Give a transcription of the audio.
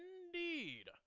Indeed